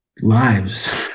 lives